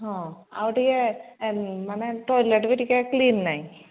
ହଁ ଆଉ ଟିକେ ମାନେ ଟଏଲେଟ ବି ଟିକେ କ୍ଲିନ୍ ନାହିଁ